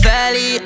Valley